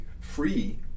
free